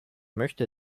möchte